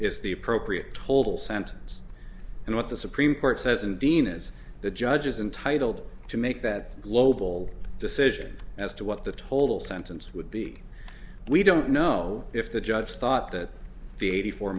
is the appropriate total sentence and what the supreme court says and dina's the judges intitled to make that global decision as to what the total sentence would be we don't know if the judge thought that the eighty four